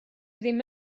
ddim